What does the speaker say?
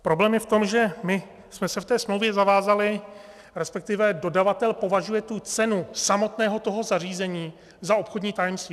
Problém je v tom, že my jsme se v té smlouvě zavázali, resp. dodavatel považuje cenu samotného toho zařízení za obchodní tajemství.